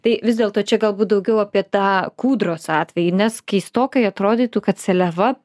tai vis dėlto čia galbūt daugiau apie tą kūdros atvejį nes keistokai atrodytų kad seliava